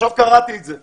עכשיו קראתי את זה.